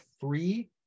free